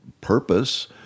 purpose